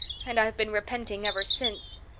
and i've been repenting ever since.